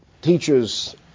Teacher's